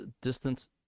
distance